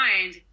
mind